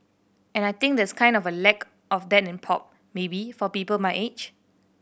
and I think there's kind of a lack of that in pop maybe for people my age